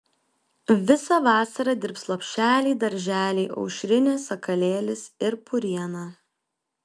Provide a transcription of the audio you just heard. visą vasarą dirbs lopšeliai darželiai aušrinė sakalėlis ir puriena